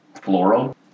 floral